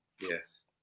Yes